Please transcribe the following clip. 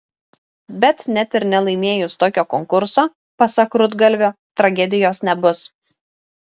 bet net ir nelaimėjus tokio konkurso pasak rudgalvio tragedijos nebus